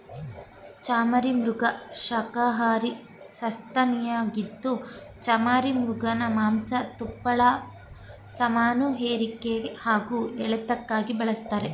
ಚಮರೀಮೃಗ ಶಾಖಹಾರಿ ಸಸ್ತನಿಯಾಗಿದ್ದು ಚಮರೀಮೃಗನ ಮಾಂಸ ತುಪ್ಪಳ ಸಾಮಾನುಹೇರಿಕೆ ಹಾಗೂ ಎಳೆತಕ್ಕಾಗಿ ಬಳಸ್ತಾರೆ